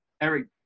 Eric